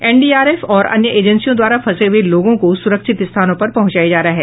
NDRF और अन्य एजेंसियों द्वारा फंसे हुए लोगों को सुरक्षित स्थानों पर पहुंचाया जा रहा है